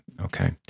okay